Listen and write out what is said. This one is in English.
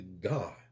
God